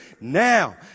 Now